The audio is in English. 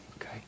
Okay